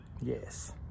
yes